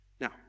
Now